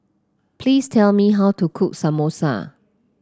please tell me how to cook Samosa